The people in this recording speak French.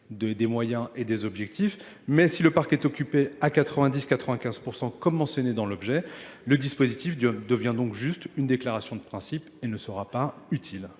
des moyens et des objectifs mais si le parc est occupé à 90-95% comme mentionné dans l'objet, le dispositif devient donc juste une déclaration de principe et ne sera pas utile.